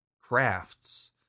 crafts